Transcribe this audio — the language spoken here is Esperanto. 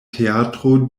teatro